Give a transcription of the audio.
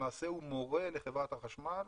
למעשה הוא מורה לחברת החשמל